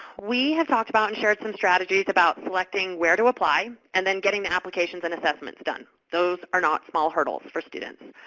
we have talked about and shared some strategies about selecting where to apply and then getting the applications and assessments done. those are not small hurdles for students.